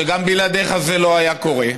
שגם בלעדיך זה לא היה קורה,